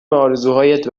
آرزوهایت